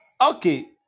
Okay